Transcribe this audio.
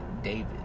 David